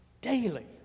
daily